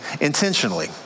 intentionally